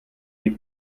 les